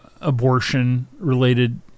abortion-related